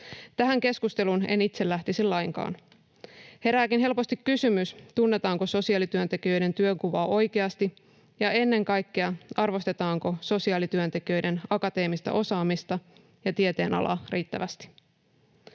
Tähän keskusteluun en itse lähtisi lainkaan. Herääkin helposti kysymys, tunnetaanko sosiaalityöntekijöiden työnkuvaa oikeasti, ja ennen kaikkea, arvostetaanko sosiaalityöntekijöiden akateemista osaamista ja tieteenalaa riittävästi.